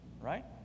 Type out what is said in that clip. right